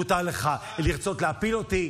מותר לך לרצות להפיל אותי.